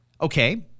Okay